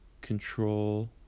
control